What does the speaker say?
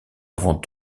avant